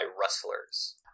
rustlers